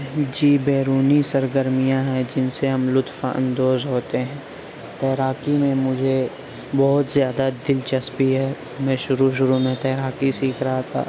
جی بیرونی سرگرمیاں ہیں جن سے ہم لطف اندوز ہوتے ہیں تیراکی میں مجھے بہت زیادہ دلچسپی ہے میں شروع شروع میں تیراکی سیکھ رہا تھا